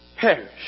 perish